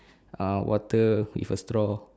uh water with a straw